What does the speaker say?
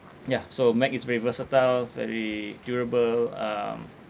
yeah so mac is very versatile very durable um